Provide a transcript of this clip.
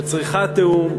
שצריכה תיאום,